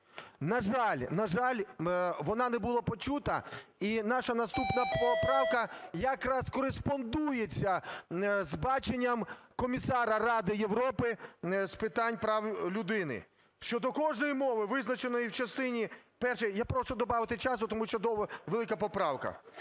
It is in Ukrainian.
на жаль, вона не була почута, і наша наступна поправка якраз кореспондується з баченням Комісара Ради Європи з питань прав людини, що до кожної мови, визначеної в частині першій… (Я прошу добавити часу, тому що велика поправка)